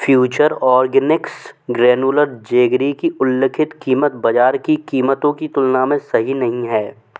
future Organics granular jaggery की उल्लिखित कीमत बाज़ार की कीमतों की तुलना में सही नहीं है